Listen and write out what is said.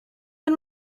and